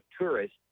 tourists